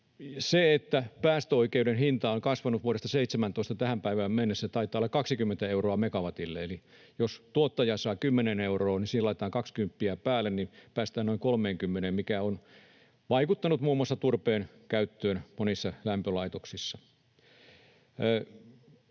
Päästöoikeuden hinta on kasvanut vuodesta 17 tähän päivään mennessä, taitaa olla, 20 euroa megawatilta. Eli jos tuottaja saa 10 euroa, niin siihen laitetaan kaksikymppiä päälle, jolloin päästään noin 30:een, mikä on vaikuttanut muun muassa turpeen käyttöön monissa lämpölaitoksissa.